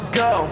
go